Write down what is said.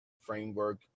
framework